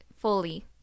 fully